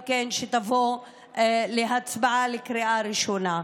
שתבוא גם כן להצבעה בקריאה ראשונה.